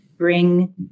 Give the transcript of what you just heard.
bring